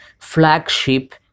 flagship